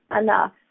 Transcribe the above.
enough